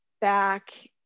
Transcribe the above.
back